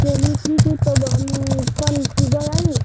चलिए ठीक है तब हम कल सुबह आएँ